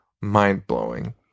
mind-blowing